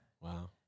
Wow